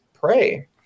pray